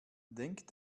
denk